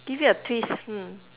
give it a twist hmm